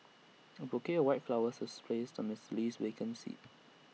A bouquet white flowers was placed on Mister Lee's vacant seat